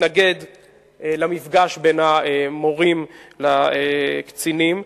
למפגש בין המורים לקצינים.